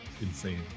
insane